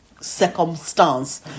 circumstance